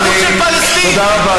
זירה.